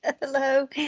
Hello